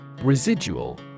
Residual